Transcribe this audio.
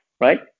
right